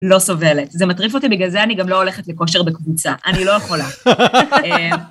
לא סובלת, זה מטריף אותי בגלל זה אני גם לא הולכת לכושר בקבוצה. אני לא יכולה.